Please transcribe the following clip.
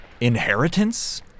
inheritance